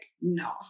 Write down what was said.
no